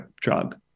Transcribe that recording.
drug